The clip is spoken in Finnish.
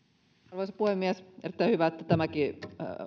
arvoisa puhemies erittäin hyvä että tämäkin